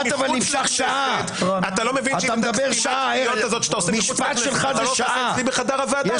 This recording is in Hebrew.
מחוץ לכנסת אתה לא תעשה אצלי בחדר הוועדה,